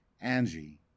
Angie